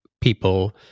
people